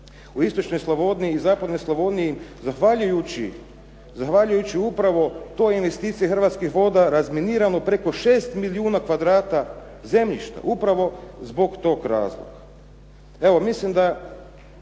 u istočnoj i zapadnoj Sloveniji zahvaljujući upravo toj investiciji Hrvatskih voda razminirano preko 6 milijuna kvadrata zemljišta? Upravo zbog tog razloga. Evo mislim da